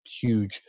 huge